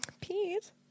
pete